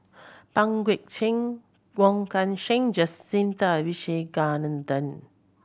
Pang Guek Cheng Wong Kan Seng Jacintha Abisheganaden